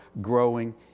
growing